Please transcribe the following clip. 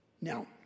Now